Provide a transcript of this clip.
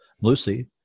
Lucy